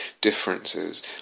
differences